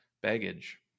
baggage